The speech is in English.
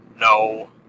No